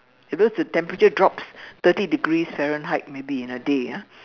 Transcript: because the temperature drops thirty degrees Fahrenheit maybe in the day ah